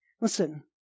Listen